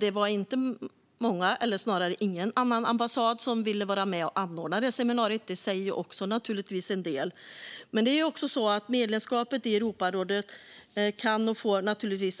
Det var ingen annan ambassad som ville vara med och anordna det seminariet, vilket också säger en del. Medlemskapet i Europarådet kan och får